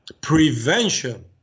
prevention